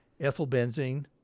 ethylbenzene